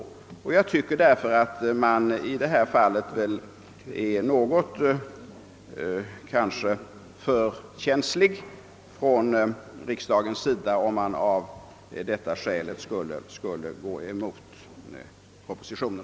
Riksdagen är kanske därför i detta fall något för känslig om den går emot propositionen.